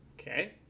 Okay